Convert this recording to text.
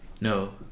No